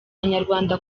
abanyarwanda